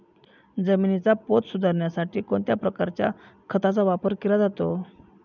जमिनीचा पोत सुधारण्यासाठी कोणत्या प्रकारच्या खताचा वापर केला जातो?